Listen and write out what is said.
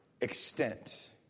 extent